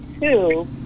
two